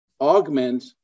augment